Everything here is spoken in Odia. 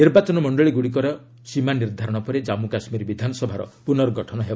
ନିର୍ବାଚନମଣ୍ଡଳୀ ଗୁଡ଼ିକରେ ସୀମା ନିର୍ଦ୍ଧାରଣ ପରେ ଜାମ୍ମୁ କାଶ୍ମୀର ବିଧାନସଭାର ପୁର୍ନଗଠନ ହେବ